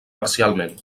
parcialment